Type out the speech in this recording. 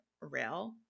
Rail